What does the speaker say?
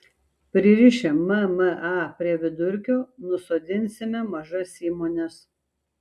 pririšę mma prie vidurkio nusodinsime mažas įmones